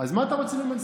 אז מה אתה רוצה ממנסור,